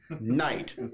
Night